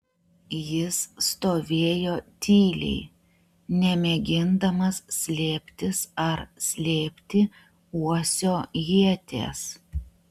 jis stovėjo tyliai nemėgindamas slėptis ar slėpti uosio ieties